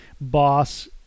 boss